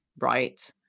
right